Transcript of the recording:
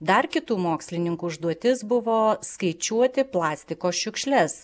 dar kitų mokslininkų užduotis buvo skaičiuoti plastiko šiukšles